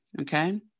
okay